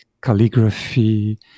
calligraphy